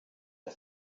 der